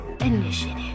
initiative